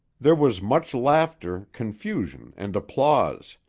there was much laughter, confusion, and applause.